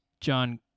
John